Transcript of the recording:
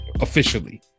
officially